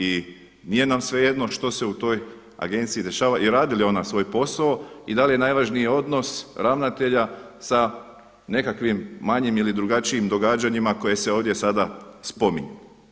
I nije nam svejedno što se u toj agenciji dešava i radi li ona svoj posao i da li je najvažniji odnos ravnatelja sa nekakvim manjim ili drugačijim događanjima koja se ovdje sada spominju.